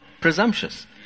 presumptuous